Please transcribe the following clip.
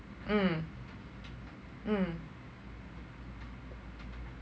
mm mm